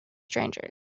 strangers